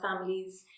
families